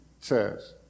says